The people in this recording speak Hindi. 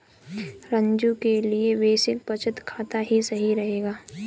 रंजू के लिए बेसिक बचत खाता ही सही रहेगा